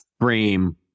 frame